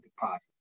deposit